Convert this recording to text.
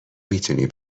میتونی